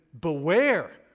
beware